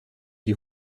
die